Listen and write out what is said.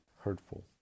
hurtful